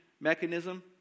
mechanism